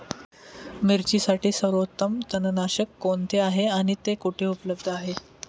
मिरचीसाठी सर्वोत्तम तणनाशक कोणते आहे आणि ते कुठे उपलब्ध आहे?